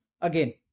again